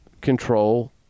control